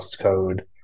code